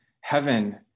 heaven